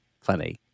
funny